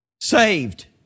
Saved